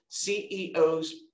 CEO's